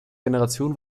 generation